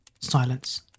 Silence